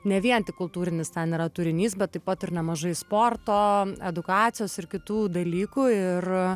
ne vien tik kultūrinis ten yra turinys bet taip pat ir nemažai sporto edukacijos ir kitų dalykų ir